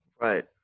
Right